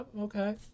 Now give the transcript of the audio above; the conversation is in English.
Okay